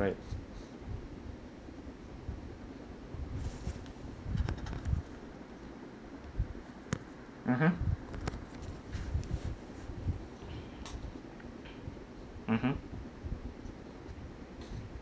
right mmhmm mmhmm